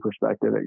perspective